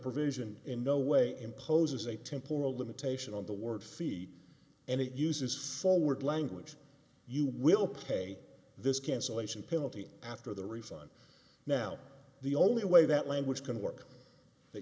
provision in no way imposes a temporal limitation on the word feet and it uses forward language you will pay this cancellation penalty after the refund now the only way that language can work that